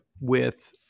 with-